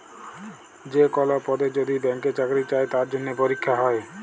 যে কল পদে যদি ব্যাংকে চাকরি চাই তার জনহে পরীক্ষা হ্যয়